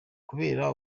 kubera